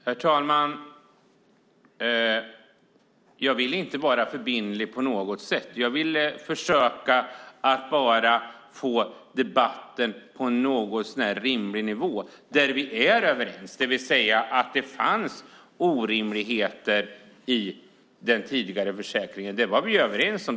Herr talman! Jag ville inte vara förbindlig på något sätt. Jag ville bara försöka få debatten på en något så när rimlig nivå där vi är överens. Det fanns orimligheter i den tidigare försäkringen; det var vi överens om.